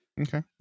Okay